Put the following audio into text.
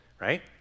Right